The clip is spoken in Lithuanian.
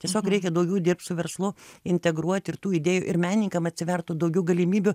tiesiog reikia daugiau dirbt su verslu integruot ir tų idėjų ir menininkam atsivertų daugiau galimybių